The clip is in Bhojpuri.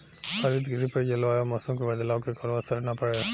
हरितगृह पर जलवायु आ मौसम के बदलाव के कवनो असर ना पड़े